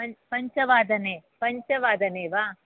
प पञ्चवादने पञ्चवादने वा